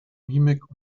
mimik